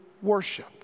worship